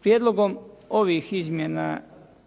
Prijedlogom ovih izmjena